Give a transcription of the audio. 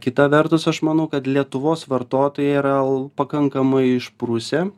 kita vertus aš manau kad lietuvos vartotojai yra l pakankamai išprusę